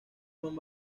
son